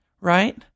Right